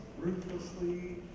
ruthlessly